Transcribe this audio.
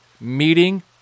meeting